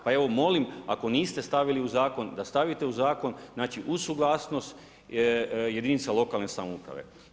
Pa evo, ako niste stavili u zakon, da stavite u zakon, znači uz suglasnost jedinice lokalne samouprave.